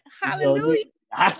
hallelujah